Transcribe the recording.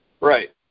Right